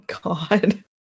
God